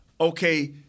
Okay